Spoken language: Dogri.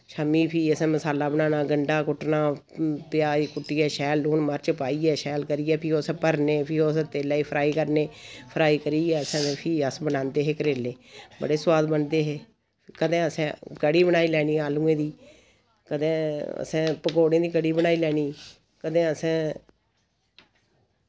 शाम्मी फ्ही असैं मसाला बनाना गंढा कुट्टना प्याज कुट्टियै शैल लून मर्च पाइयै शैल करियै फ्ही ओ असैं भरने फ्ही ओ अस तेले फ्राई करने फ्राई करियै असैं ते फ्ही अस बनांदे हे करेले बड़े सोआद बनदे हे कदे असैं कढ़ी बनाई लैनी आलूएं दी कदे असैं पकोड़ें दी कड़ी बनाई लैनी कदे असैं